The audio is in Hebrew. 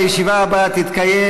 הישיבה הבאה תתקיים,